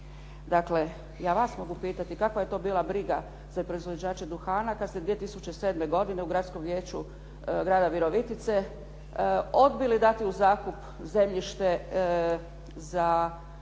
Dakle, ja vas mogu pitati kakva je to bila briga za proizvođače duhana kad ste 2007. godine u Gradskom vijeću Grada Virovitice odbili dati u zakup zemljište za